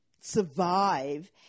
survive